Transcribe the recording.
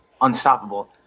unstoppable